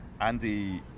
Andy